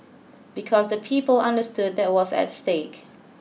because the people understood there was at stake